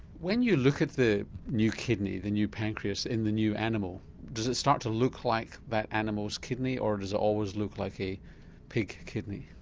when you look at the new kidney, the new pancreas in the new animal does it start to look like that animal's kidney or does it always look like a pig kidney?